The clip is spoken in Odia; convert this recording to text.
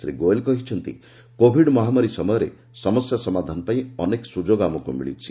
ଶ୍ରୀ ଗୋୟଲ୍ କହିଛନ୍ତି କୋଭିଡ୍ ମହାମାରୀ ସମୟରେ ସମସ୍ୟା ସମାଧାନ ପାଇଁ ଅନେକ ସୁଯୋଗ ଆମକୁ ମିଳିଛି